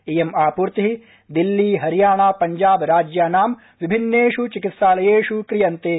इयम् आपूर्ति दिल्ली हरियाणा पंजाब राज्याना विभिन्नेष् चिकित्सालयेष् क्रियन्ते